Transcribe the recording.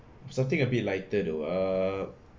something a bit lighter though err